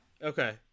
Okay